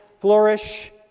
flourish